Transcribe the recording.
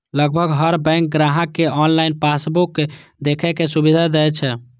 लगभग हर बैंक ग्राहक कें ऑनलाइन पासबुक देखै के सुविधा दै छै